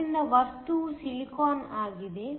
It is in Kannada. ಆದ್ದರಿಂದ ವಸ್ತುವು ಸಿಲಿಕಾನ್ ಆಗಿದೆ